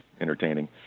entertaining